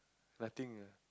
nothing ah